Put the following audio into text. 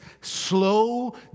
slow